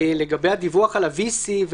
לגבי הדיווח על ה-VC,